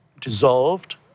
dissolved